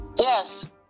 Yes